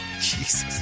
Jesus